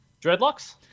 Dreadlocks